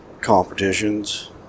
competitions